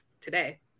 today